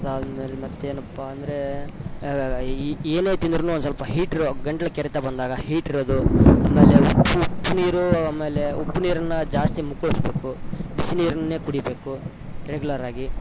ಅದಾದ್ಮೇಲೆ ಮತ್ತೇನಪ್ಪಾಂದರೆ ಈ ಏನೆ ತಿಂದ್ರೂ ಒಂದುಸ್ವಲ್ಪ ಹೀಟ್ ಇರೋ ಗಂಟ್ಲು ಕೆರೆತ ಬಂದಾಗ ಹೀಟ್ ಇರೋದು ಆಮೇಲೆ ಉಪ್ಪು ಉಪ್ಪುನೀರೂ ಆಮೇಲೆ ಉಪ್ಪು ನೀರನ್ನು ಜಾಸ್ತಿ ಮುಕುಳಸ್ಬೇಕು ಬಿಸಿ ನೀರನ್ನೆ ಕುಡಿಬೇಕು ರೆಗ್ಯುಲರ್ ಆಗಿ